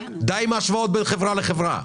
די עם ההשוואות בין חברה לחברה,